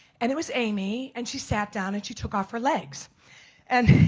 and it was aimee and she sat down and she took off her legs and,